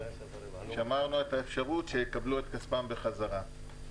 שמרנו את האפשרות שיקבלו את כספם בחזרה.